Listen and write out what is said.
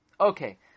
Okay